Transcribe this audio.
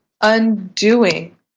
undoing